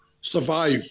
survive